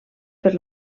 per